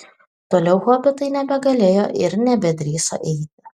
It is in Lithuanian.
toliau hobitai nebegalėjo ir nebedrįso eiti